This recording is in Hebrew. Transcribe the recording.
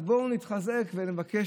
אז בואו נתחזק ונבקש,